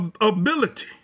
ability